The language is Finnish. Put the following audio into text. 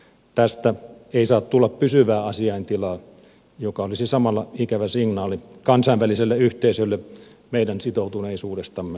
tästä ei saa tulla pysyvää asiantilaa joka olisi samalla ikävä signaali kansainväliselle yhteisölle meidän sitoutuneisuudestamme tai sen puutteesta